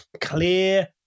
Clear